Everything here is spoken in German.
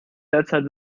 derzeit